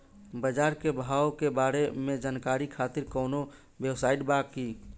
बाजार के भाव के बारे में जानकारी खातिर कवनो वेबसाइट बा की?